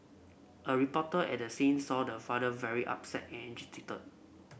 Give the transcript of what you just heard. a reporter at the scene saw the father very upset and agitated